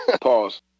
Pause